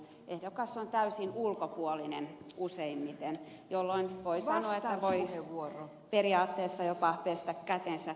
ehdokas on täysin ulkopuolinen useimmiten jolloin voi sanoa että voi periaatteessa jopa pestä kätensä